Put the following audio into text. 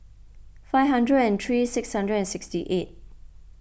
five hundred and three six hundred and sixty eight